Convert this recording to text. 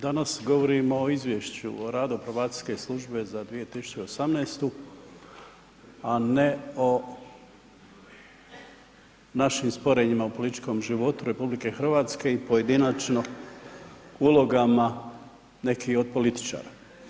Danas govorimo o izvješću, o radu probacijske službe za 2018., a ne o našim sporenjima u političkom životu RH i pojedinačno ulogama neki od političara.